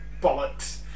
bollocks